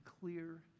clear